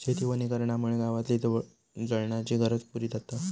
शेती वनीकरणामुळे गावातली जळणाची गरज पुरी जाता